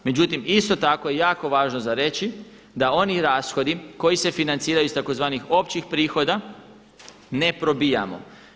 Međutim, isto tako je jako važno za reći da oni rashodi koji se financiraju iz tzv. općih prihoda ne probijamo.